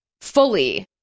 fully